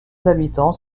habitants